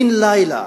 בן לילה,